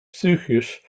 psychisch